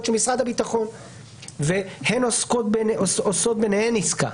של משרד הביטחון והן עושות ביניהן עסקה.